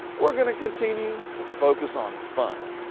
we're going to continue to focus on fun.